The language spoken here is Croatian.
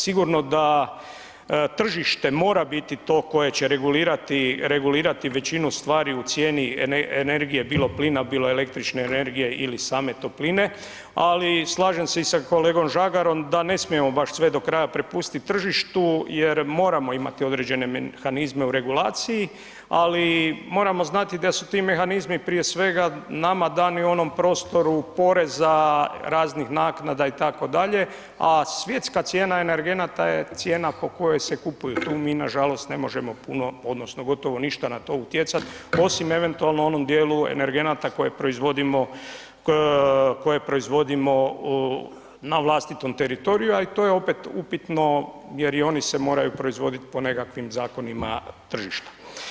Sigurno da tržište mora biti to koje će regulirati, regulirati većinu stvari u cijeni energije, bilo plina, bilo električne energije ili same topline, ali slažem se i sa kolegom Žagarom da ne smijemo baš sve do kraja prepustit tržištu jer moramo imati određene mehanizme u regulaciji, ali moramo znati da su ti mehanizmi prije svega nama dani u onom prostoru poreza, raznih naknada itd., a svjetska cijena energenata je cijena po kojoj se kupuju, tu mi nažalost ne možemo puno odnosno gotovo ništa na to utjecat, osim eventualno u onom dijelu energenata koje proizvodimo, koje proizvodimo na vlastitom teritoriju, a i to je opet upitno jer i oni se moraju proizvodit po nekakvim zakonima tržišta.